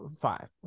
five